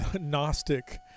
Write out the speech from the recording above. gnostic